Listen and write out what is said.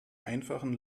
einfachen